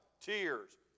tears